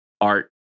art